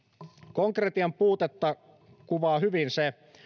konkretian puutetta kuvaa hyvin se